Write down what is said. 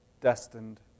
destined